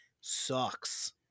sucks